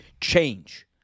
change